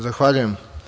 Zahvaljujem.